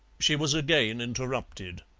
she was again interrupted.